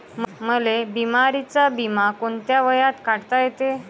मले बिमारीचा बिमा कोंत्या वयात काढता येते?